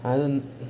I don't